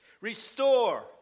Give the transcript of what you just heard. restore